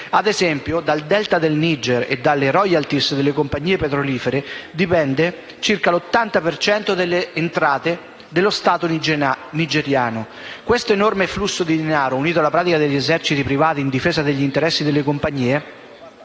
materie prime. Dal delta del Niger e dalle *royalty* delle compagnie petrolifere dipende l'80 per cento delle entrate dello Stato nigeriano. Questo enorme flusso di denaro, unito alla pratica degli eserciti privati in difesa degli interessi delle compagnie,